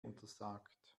untersagt